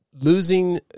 losing